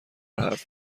حرف